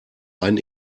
ein